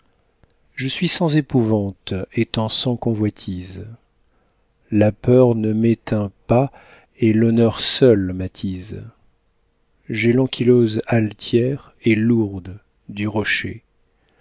je suis sans épouvante étant sans convoitise la peur ne m'éteint pas et l'honneur seul m'attise j'ai l'ankylose altière et lourde du rocher